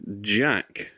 Jack